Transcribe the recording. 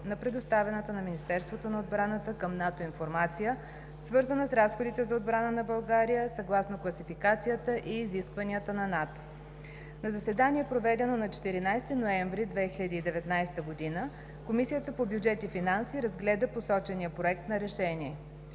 на предоставената от Министерството на отбраната към НАТО информация, свързана с разходите за отбрана на България, съгласно класификацията и изискванията на НАТО На заседание, проведено на 14 ноември 2019 г., Комисията по бюджет и финанси разгледа посочения проект на решение.